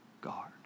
guard